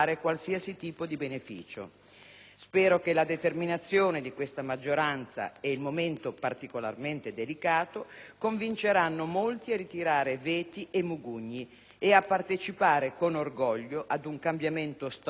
Spero che la determinazione di questa maggioranza e il momento particolarmente delicato convinceranno molti a ritirare veti e mugugni e a partecipare con orgoglio ad un cambiamento storico del nostro Paese.